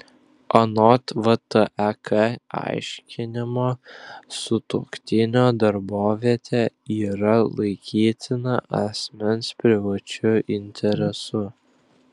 anot vtek aiškinimo sutuoktinio darbovietė yra laikytina asmens privačiu interesu